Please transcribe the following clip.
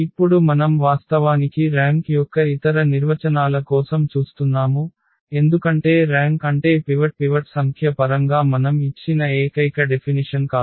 ఇప్పుడు మనం వాస్తవానికి ర్యాంక్ యొక్క ఇతర నిర్వచనాల కోసం చూస్తున్నాము ఎందుకంటే ర్యాంక్ అంటే పివట్ సంఖ్య పరంగా మనం ఇచ్చిన ఏకైక డెఫినిషన్ కాదు